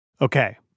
Okay